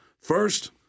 First